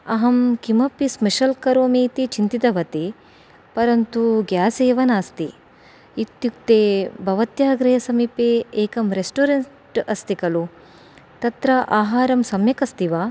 अहं किमपि स्पेषल् करोमि इति चिन्तितवती परन्तु गेसेव नास्ति इत्युके भवत्याः गृहे समीपे एकं रेस्टोरेण्ट् अस्ति खलु तत्र आहारं सम्यक् अस्ति वा